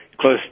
close